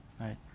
right